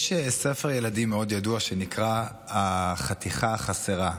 יש ספר ילדים מאוד ידוע שנקרא "החתיכה החסרה",